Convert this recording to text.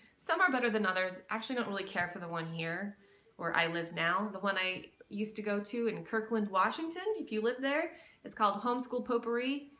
some are better than others. i actually don't really care for the one here where i live now. the one i used to go to in kirkland, washington if you live there it's called homeschool potpourri.